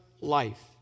life